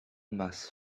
must